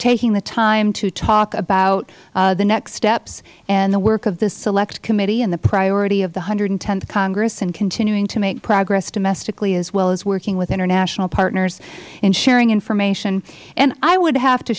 taking the time to talk about the next steps and the work of this select committee and the priority of the th congress and continuing to make progress domestically as well as working with international partners in sharing information and i would have to